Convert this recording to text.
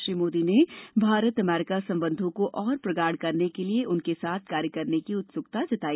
श्री मोदी ने भारत अमरीका संबंधों को और प्रगाढ़ करने के लिए उनके साथ कार्य करने की उत्सुकता प्रकट की